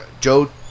Joe